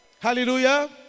Hallelujah